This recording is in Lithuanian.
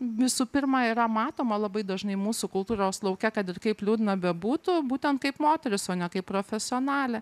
visų pirma yra matoma labai dažnai mūsų kultūros lauke kad ir kaip liūdna bebūtų būtent kaip moteris o ne kaip profesionalė